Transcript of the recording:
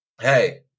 Hey